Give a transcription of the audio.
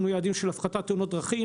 יעדים של הפחתת תאונות דרכים.